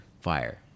Fire